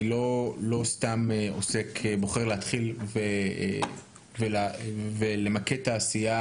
אני לא סתם בוחר להתחיל ולמקד את העשייה